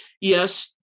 Yes